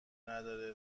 نداره